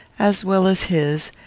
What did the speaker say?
as well as his,